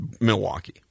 Milwaukee